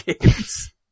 games